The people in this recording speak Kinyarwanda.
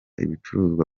ibicuruzwa